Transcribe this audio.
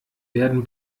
werden